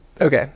okay